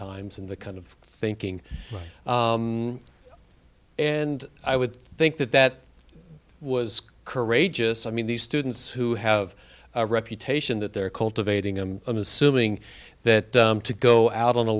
times in the kind of thinking and i would think that that was courageous i mean these students who have a reputation that they're cultivating i'm assuming that to go out on a